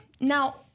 Now